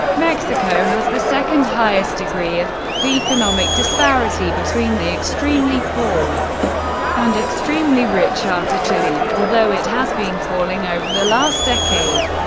mexico has the second highest degree of economic disparity between the extremely poor and extremely rich, after chile although it has been falling over the last decade,